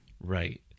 Right